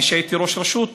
כשהייתי ראש רשות,